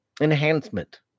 enhancement